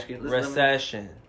recession